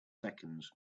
seconds